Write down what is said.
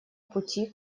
пути